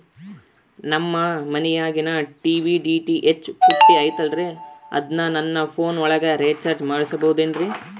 ನಮ್ಮ ಮನಿಯಾಗಿನ TV DTH ಪುಟ್ಟಿ ಐತಲ್ರೇ ಅದನ್ನ ನನ್ನ ಪೋನ್ ಒಳಗ ರೇಚಾರ್ಜ ಮಾಡಸಿಬಹುದೇನ್ರಿ?